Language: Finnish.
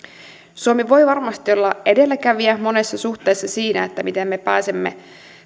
suomi voi varmasti olla edelläkävijä monessa suhteessa siinä miten me pääsemme